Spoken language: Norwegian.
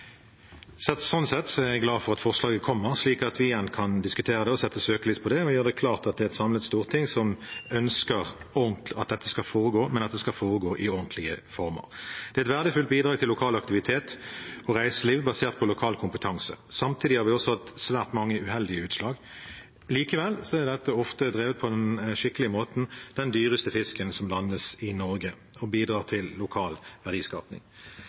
Sånn sett er jeg glad for at forslaget kommer, slik at vi igjen kan diskutere det og sette søkelys på det, og gjøre det klart at det er et samlet storting som ønsker at dette skal foregå, men at det skal foregå i ordentlige former. Det er et verdifullt bidrag til lokal aktivitet og reiseliv basert på lokal kompetanse. Samtidig har vi også hatt svært mange uheldige utslag. Likevel er dette ofte drevet på den skikkelige måten – den dyreste fisken som landes i Norge – og bidrar til lokal